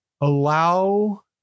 Allow